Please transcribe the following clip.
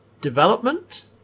development